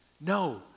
No